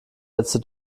letzte